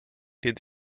dehnt